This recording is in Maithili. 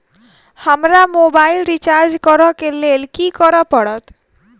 हमरा मोबाइल रिचार्ज करऽ केँ लेल की करऽ पड़त?